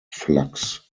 flux